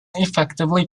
effectively